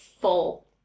full